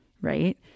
right